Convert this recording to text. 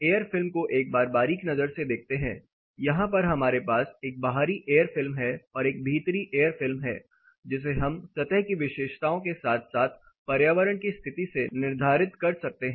air film को एक बार बारीक नजर से देखते हैं यहां पर हमारे पास एक बाहरी एयर फिल्म है और एक भीतरी एयर फिल्म है जिसे हम सतह की विशेषताओं के साथ साथ पर्यावरण की स्थिति से निर्धारित कर सकते हैं